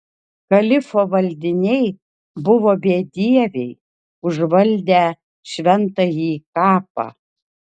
kalifo valdiniai buvo bedieviai užvaldę šventąjį kapą